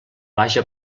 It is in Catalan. vaja